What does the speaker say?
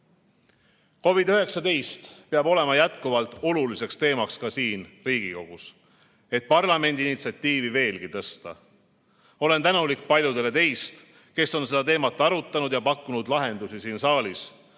sügiseid. COVID-19 peab olema jätkuvalt oluliseks teemaks ka siin Riigikogus, et parlamendi initsiatiivi veelgi tõsta. Olen tänulik paljudele teist, kes on seda teemat arutanud ja pakkunud lahendusi siin saalis,